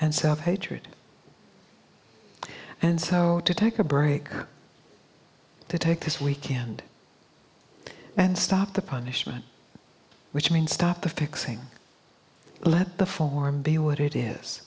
and self hatred and so to take a break or to take this weekend and stop the punishment which means stop the fixing let the form be what it is